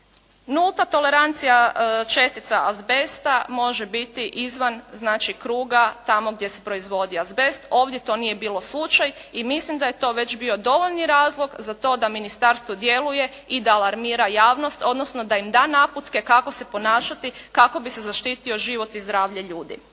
Nulta tolerancija čestica azbesta može biti izvan znači kruga tamo gdje se proizvodi azbest. Ovdje to nije bilo slučaj i mislim da je to već bio dovoljni razlog za to da ministarstvo djeluje i da alarmira javnost, odnosno da im da naputke kako se ponašati kako bi se zaštitio život i zdravlje ljudi.